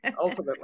Ultimately